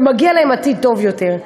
ומגיע להם עתיד טוב יותר.